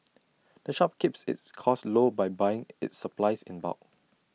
the shop keeps its costs low by buying its supplies in bulk